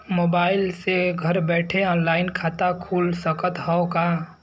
Mobile से घर बैठे ऑनलाइन खाता खुल सकत हव का?